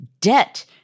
debt